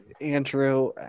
andrew